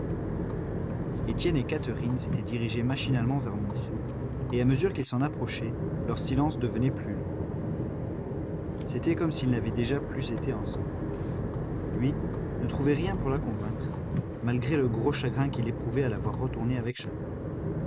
étienne et catherine s'étaient dirigés machinalement vers montsou et à mesure qu'ils s'en approchaient leurs silences devenaient plus longs c'était comme s'ils n'avaient déjà plus été ensemble lui ne trouvait rien pour la convaincre malgré le gros chagrin qu'il éprouvait à la voir retourner avec chaval